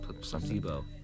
Placebo